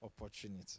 opportunity